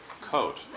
coat